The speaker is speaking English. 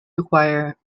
require